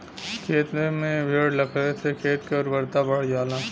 खेते में भेड़ रखले से खेत के उर्वरता बढ़ जाला